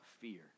fear